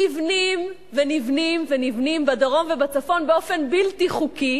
נבנים ונבנים ונבנים בדרום ובצפון באופן בלתי חוקי